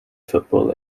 football